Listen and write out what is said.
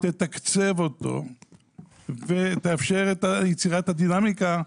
תתקצב אותו ותאפשר את יצירת הדינמיקה.